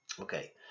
Okay